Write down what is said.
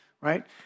right